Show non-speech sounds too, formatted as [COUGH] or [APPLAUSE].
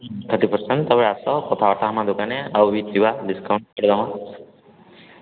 thirty percent ତମେ ଆସ କଥାବାର୍ତ୍ତା ହବା ଆମ ଦୋକାନରେ ଆଉ ହୋଇଯିବ ଡ଼ିସ୍କାଉଣ୍ଟ୍ [UNINTELLIGIBLE]